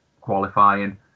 qualifying